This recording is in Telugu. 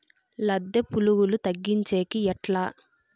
లద్దె పులుగులు తగ్గించేకి ఎట్లా?